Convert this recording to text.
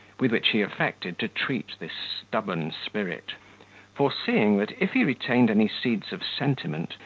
with which he affected to treat this stubborn spirit foreseeing that if he retained any seeds of sentiment,